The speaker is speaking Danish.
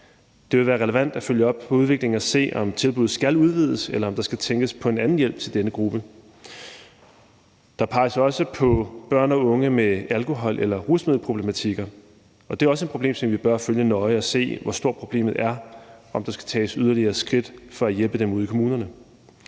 Det vil være relevant at følge op på udviklingen og se, om tilbuddet skal udvides, eller om der skal tænkes på en anden hjælp til denne gruppe. Dels peges der også på børn og unge med alkohol- eller rusmiddelproblematikker, og det er også en problemstilling, vi bør følge nøje, og vi bør se, hvor stort problemet er, og om der skal tages yderligere skridt for at hjælpe dem ude i kommunerne.